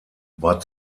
war